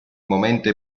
momento